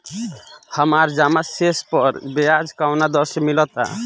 हमार जमा शेष पर ब्याज कवना दर से मिल ता?